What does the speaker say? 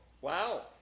Wow